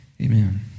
amen